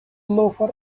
loafers